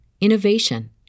innovation